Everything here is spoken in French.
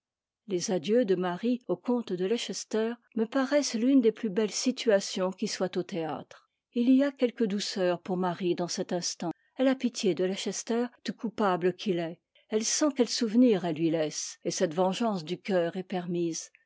les adieux de marie au comte de leicester me paraissent l'une des plus belles situations qui soient au théâtre h y a quelque douceur pour marie dans cet instant elle a pitié de leicester tout coupable qu'il est elle sent quel souvenir elle lui laisse et cette vengeance du coeur est permise